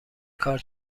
کار